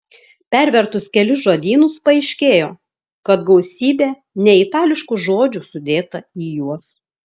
pervertus kelis žodynus paaiškėjo kad gausybė neitališkų žodžių sudėta į juos